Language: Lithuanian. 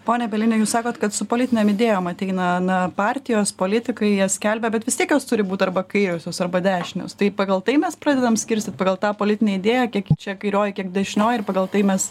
pone bielini jūs sakot kad su politinėm idėjom ateina na partijos politikai jas skelbia bet vis tiek jos turi būt arba kairiosios arba dešinios tai pagal tai mes pradedam skirstyti pagal tą politinį idėją kiek čia kairioji kiek dešinioji ir pagal tai mes